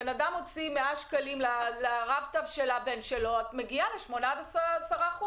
אז אם הבן אדם הוציא 100 שקלים לרב-קו של הבן שלו זה מגיע ל-8% ו-10%.